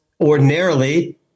ordinarily